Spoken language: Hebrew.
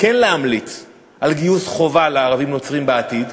כן להמליץ על גיוס חובה לערבים-נוצרים בעתיד,